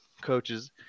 coaches